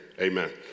Amen